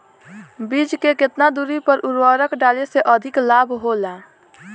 बीज के केतना दूरी पर उर्वरक डाले से अधिक लाभ होला?